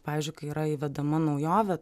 pavyzdžiui kai yra įvedama naujovė